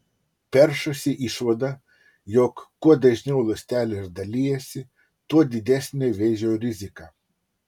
peršasi išvada jog kuo dažniau ląstelės dalijasi tuo didesnė vėžio rizika